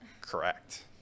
Correct